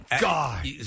God